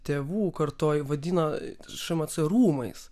tėvų kartoj vadino šmc rūmais